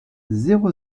zéro